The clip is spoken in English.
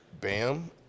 Bam